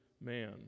man